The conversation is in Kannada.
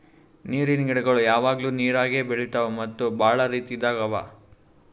ನೀರಿನ್ ಗಿಡಗೊಳ್ ಯಾವಾಗ್ಲೂ ನೀರಾಗೆ ಬೆಳಿತಾವ್ ಮತ್ತ್ ಭಾಳ ರೀತಿದಾಗ್ ಅವಾ